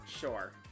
sure